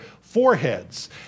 foreheads